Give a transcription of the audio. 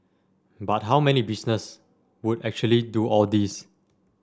but how many business would actually do all this